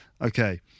Okay